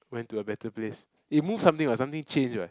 went to a better place it moved something lah something changed lah